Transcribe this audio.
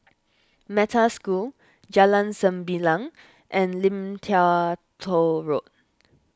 Metta School Jalan Sembilang and Lim Tua Tow Road